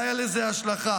והייתה לזה השלכה.